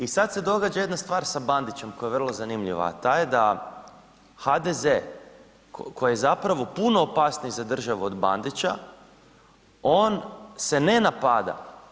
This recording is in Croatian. I sada se događa jedna stvar sa Bandićem koja je vrlo zanimljiva, a ta je da HDZ koji je zapravo puno opasniji za državu od Bandića on se ne napada.